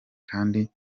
kandi